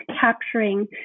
capturing